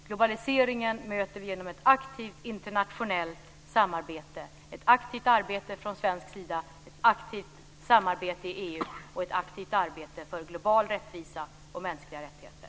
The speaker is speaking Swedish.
Globaliseringen möter vi genom ett aktivt internationellt samarbete, ett aktivt arbete från svensk sida, ett aktivt samarbete i EU och ett aktivt arbete för global rättvisa och mänskliga rättigheter.